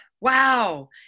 Wow